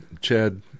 Chad